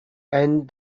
and